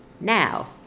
now